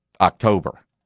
October